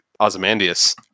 Ozymandias